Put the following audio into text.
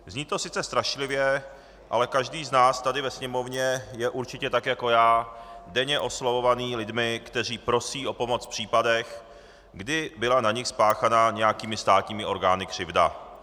Zní to sice strašlivě, ale každý z nás tady ve Sněmovně je určitě tak jako já denně oslovovaný lidmi, kteří prosí o pomoc v případech, kdy byla na nich spáchaná nějakými státními orgány křivda.